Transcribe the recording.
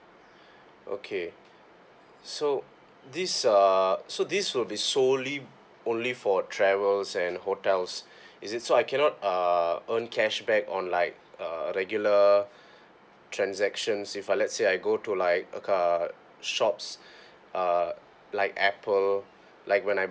okay so this uh so this will be solely only for travels and hotels is it so I cannot uh earn cashback or like uh regular transactions if I let's say I go to like a shops uh like Apple like when I'm